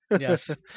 Yes